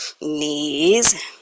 knees